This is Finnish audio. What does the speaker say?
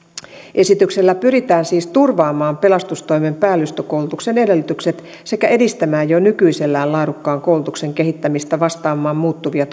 esityksellä pyritään siis turvaamaan pelastustoimen päällystökoulutuksen edellytykset sekä edistämään jo nykyisellään laadukkaan koulutuksen kehittämistä vastaamaan muuttuvia